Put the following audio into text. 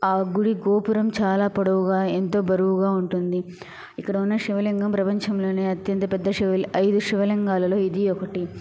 ఆ గుడి గోపురం చాలా పొడవుగా ఎంతో బరువుగా ఉంటుంది ఇక్కడ ఉన్న శివలింగం ప్రపంచంలోనే అత్యంత పెద్ద శివలిం ఐదు శివలింగాలలో ఇది ఒకటి